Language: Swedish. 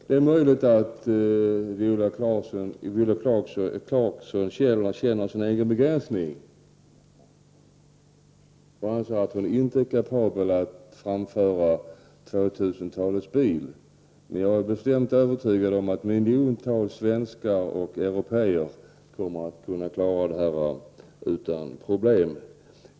Det är möjligt att Viola Claesson känner sin egen begränsning i detta avseende och att hon alltså inte känner sig kapabel att framföra 2000-talets bil. Men jag är övertygad om att miljontals svenskar och européer kommer att kunna klara detta utan problem.